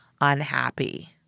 unhappy